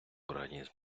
організм